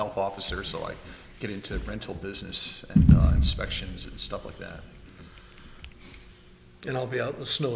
health officer so i get into the rental business and inspections and stuff like that and i'll be out the snow